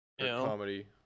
Comedy